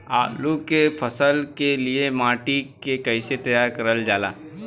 आलू क फसल के लिए माटी के कैसे तैयार करल जाला?